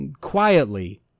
quietly